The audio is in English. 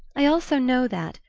i also know that,